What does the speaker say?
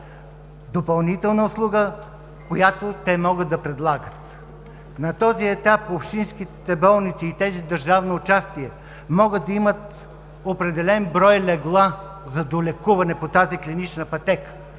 допълнителна услуга, която те могат да предлагат. На този етап общинските болници и тези с държавно участие могат да имат определен брой легла за долекуване по тази клинична пътека.